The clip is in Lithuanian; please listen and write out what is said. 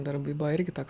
darbai buvo irgi toks